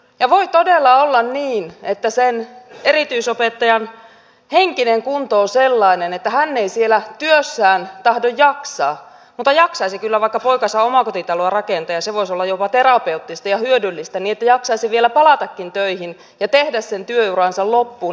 ja voi todella olla niin että sen erityisopettajan henkinen kunto on sellainen että hän ei siellä työssään tahdo jaksaa mutta jaksaisi kyllä vaikka poikansa omakotitaloa rakentaa ja se voisi olla jopa terapeuttista ja hyödyllistä niin että jaksaisi vielä palatakin töihin ja tehdä sen työuransa loppuun eläkeikään saakka